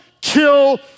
kill